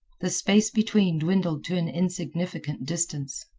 the space between dwindled to an insignificant distance.